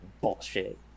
bullshit